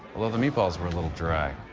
although the meatballs were a little dry.